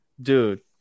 dude